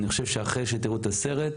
אני חושב שאחרי שתראו את הסרט,